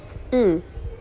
mm